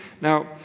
Now